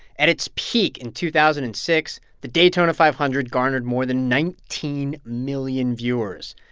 at its peak in two thousand and six, the daytona five hundred garnered more than nineteen million viewers.